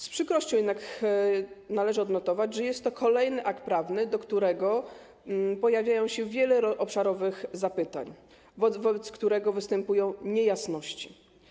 Z przykrością jednak należy odnotować, że jest to kolejny akt prawny, co do którego pojawiają się wieloobszarowe zapytania, wobec którego występują niejasności.